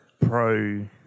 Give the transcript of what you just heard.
pro